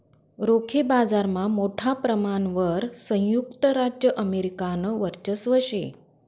रोखे बाजारमा मोठा परमाणवर संयुक्त राज्य अमेरिकानं वर्चस्व शे